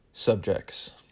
subjects